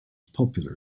popular